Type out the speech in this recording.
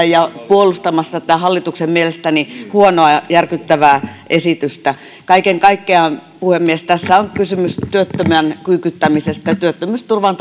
ja puolustamassa tätä hallituksen mielestäni huonoa ja järkyttävää esitystä kaiken kaikkiaan puhemies tässä on kysymys työttömän kyykyttämisestä työttömyysturvan